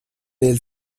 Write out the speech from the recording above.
del